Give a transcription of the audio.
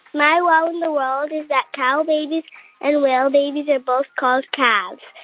my wow in the world is that cow babies and whale babies are both called calves.